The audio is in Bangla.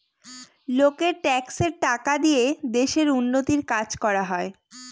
লোকের ট্যাক্সের টাকা দিয়ে দেশের উন্নতির কাজ করা হয়